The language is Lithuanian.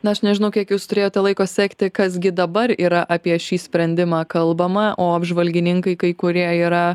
na aš nežinau kiek jūs turėjote laiko sekti kas gi dabar yra apie šį sprendimą kalbama o apžvalgininkai kurie yra